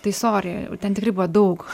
tai sory ten tikrai buvo daug